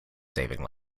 saving